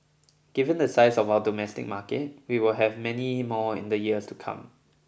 given the size of our domestic market we will have many more in the years to come